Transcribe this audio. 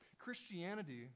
Christianity